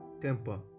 temper